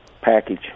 package